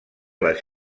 les